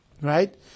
right